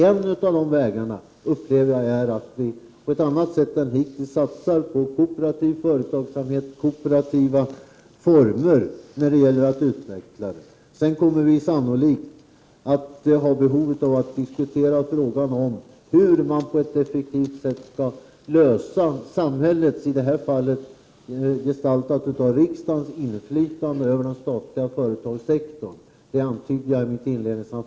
En av vägarna är att på ett annat sätt än hittills satsa på kooperativ företagsamhet och kooperativa former för att utveckla verksamheterna. Sedan kommer vi sannolikt att ha behov att diskutera hur man på ett effektivt sätt skall kunna lösa samhällets, i det här fallet gestaltat av riksdagen, inflytande över den statliga företagssektorn. Detta antydde jag i mitt inledningsanförande.